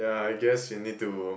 yeah I guess you need to